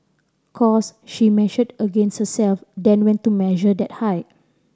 cos she measured against herself then went to measure that height